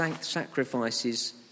sacrifices